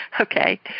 Okay